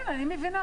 כן, אני מבינה.